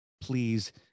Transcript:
please